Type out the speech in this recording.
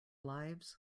lives